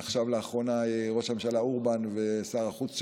לאחרונה היה כאן ראש הממשלה אורבן ושר החוץ שלו,